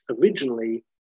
originally